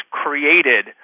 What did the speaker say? created